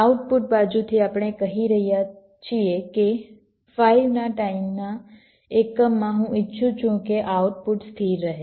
output બાજુથી આપણે કહી રહ્યા છીએ કે 5 ના ટાઈમના એકમમાં હું ઇચ્છું છું કે આઉટપુટ સ્થિર રહે